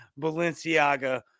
Balenciaga